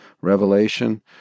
revelation